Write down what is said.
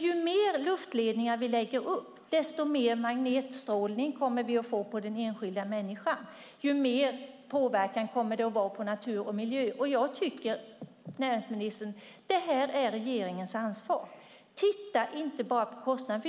Ju fler luftledningar vi lägger upp desto mer magnetstrålning kommer den enskilda människan att utsättas för och desto mer påverkan kommer det att vara på natur och miljö. Det här är regeringens ansvar, näringsministern. Titta inte bara på kostnaden.